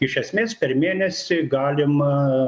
iš esmės per mėnesį galima